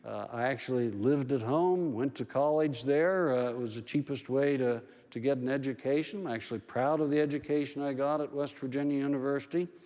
i actually lived at home, went to college there. it was the cheapest way to to get an education. i'm actually proud of the education i got at west virginia university.